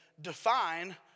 define